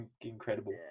incredible